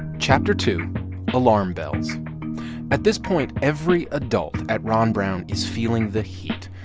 chapter two alarm bells at this point, every adult at ron brown is feeling the heat.